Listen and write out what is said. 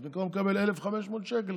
אז במקום לקבל 1,500 שקל,